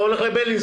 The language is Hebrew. אתה תלך לבילינסון,